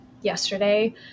yesterday